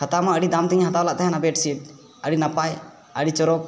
ᱦᱟᱛᱟᱣᱢᱟ ᱟᱹᱰᱤ ᱫᱟᱢᱛᱮᱧ ᱦᱟᱛᱟᱣᱞᱮᱫ ᱛᱟᱦᱮᱱᱟ ᱟᱹᱰᱤ ᱱᱟᱯᱟᱭ ᱟᱹᱰᱤ ᱪᱚᱨᱚᱠ